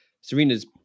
Serena's